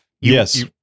Yes